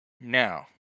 Now